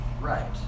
Right